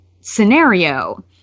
scenario